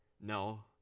No